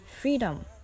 freedom